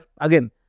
Again